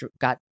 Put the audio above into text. got